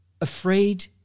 afraid